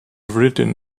written